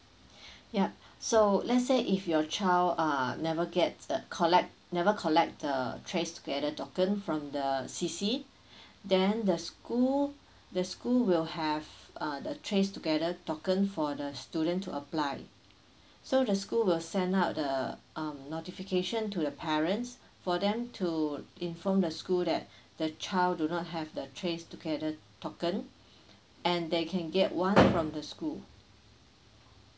yup so let's say if your child uh never gets uh collect never collect the trace together token from the C_C then the school the school will have uh the trace together token for the student to apply so the school will send out the um notification to the parents for them to inform the school that the child do not have the trace together token and they can get one from the school